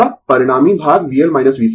तो यह परिणामी भाग VL VC है